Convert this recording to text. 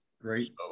Great